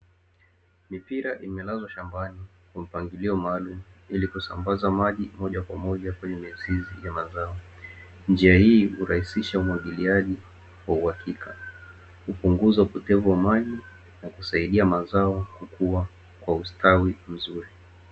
Mipira imelazwa shambani kwa mpangilio maalum ili kusambaza maji moja kwa moja kwenye mechi hizi ya mazao njia hii hurahisisha umwagiliaji wa uhakika kupunguza upotevu wa maji na kusaidia mazao kuwa kwa ustawi mzuri.